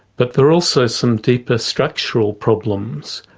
but there are also some deeper structural problems,